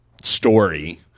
story